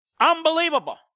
Unbelievable